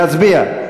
להצביע.